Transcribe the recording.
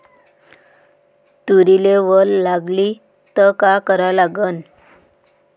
तुरीले वल लागली त का करा लागन?